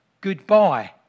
goodbye